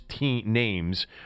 names